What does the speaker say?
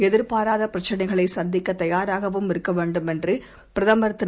எதிர்பாராதபிரச்னைகளைசந்திக்கதயாராகவும்இருக்கவேண்டும்என்றுபிரதம ர்திரு